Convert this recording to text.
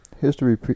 History